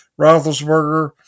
Roethlisberger